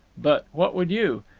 but, what would you?